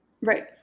Right